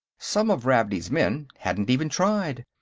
some of ravney's men hadn't even tried.